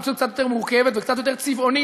המציאות קצת יותר מורכבת וקצת יותר צבעונית